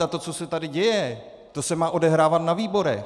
A to, co se tady děje, to se má odehrávat na výborech!